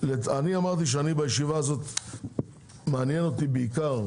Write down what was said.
אמרתי שבישיבה הזאת מעניין אותי לראות בעיקר